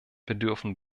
bedürfen